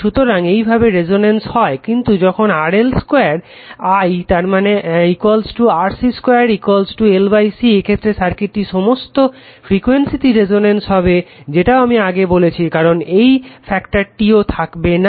সুতরাং এইভাবে রেজোন্যান্স হয় কিন্তু যখন RL 2 I তার মানে RC 2 L C এক্ষেত্রে সার্কিটটি সমস্ত ফ্রিকুয়েন্সিতেই রেজোন্যান্স হবে যেটাও আমি আগে বলাছি কারণ এই ফ্যাক্টারটিও থাকবে না